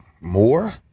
more